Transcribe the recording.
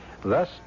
Thus